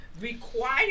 require